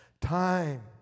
Time